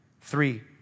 three